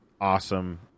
awesome